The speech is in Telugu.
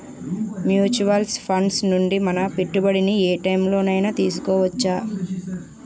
మ్యూచువల్ ఫండ్స్ నుండి మన పెట్టుబడిని ఏ టైం లోనైనా తిరిగి తీసుకోవచ్చా?